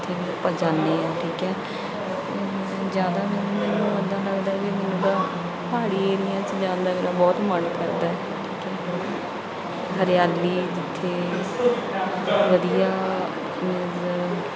ਜਿੱਥੇ ਵੀ ਆਪਾਂ ਜਾਂਦੇ ਹਾਂ ਠੀਕ ਹੈ ਜ਼ਿਆਦਾ ਮੀਨਜ਼ ਮੈਨੂੰ ਇੱਦਾਂ ਲੱਗਦਾ ਵੀ ਮੈਨੂੰ ਤਾਂ ਪਹਾੜੀ ਏਰੀਆ 'ਚ ਜਾਣ ਦਾ ਮੇਰਾ ਬਹੁਤ ਮਨ ਕਰਦਾ ਹਰਿਆਲੀ ਜਿੱਥੇ ਵਧੀਆ ਮੀਨਜ਼